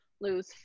lose